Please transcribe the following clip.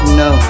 no